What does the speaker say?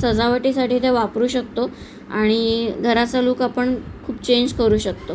सजावटीसाठी त्या वापरू शकतो आणि घराचा लूक आपण खूप चेंज करू शकतो